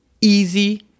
easy